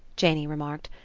janey remarked,